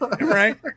right